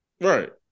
Right